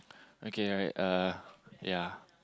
okay alright uh ya